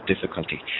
difficulty